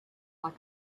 like